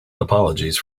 apologies